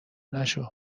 نشو